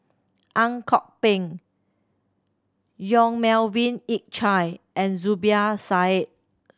Ang Kok Peng Yong Melvin Yik Chye and Zubir Said